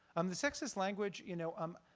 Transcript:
um the sexist language, you know um